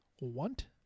want